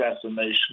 assassination